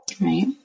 Right